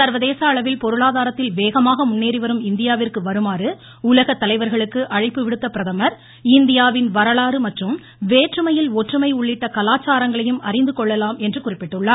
சர்வதேச அளவில் பொருளாதாரத்தில் வேகமாக முன்னேறிவரும் இந்தியாவிந்கு வருமாறு உலக தலைவர்களுக்கு அழைப்பு விடுத்த பிரதமர் இந்தியாவின் வரலாறு மற்றும் வேற்றுமையில் ஒற்றுமை உள்ளிட்ட கலாச்சாரங்களையும் அறிந்துகொள்ளலாம் என்று குறிப்பிட்டுள்ளார்